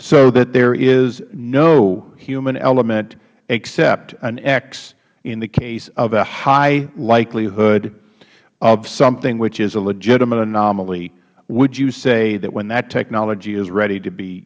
so that there is no human element except an x in the case of a high likelihood of something which is a legitimate anomaly would you say that when that technology is ready to be